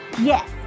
yes